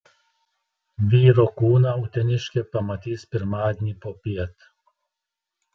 vyro kūną uteniškė pamatys pirmadienį popiet